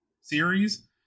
series